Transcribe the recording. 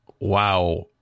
wow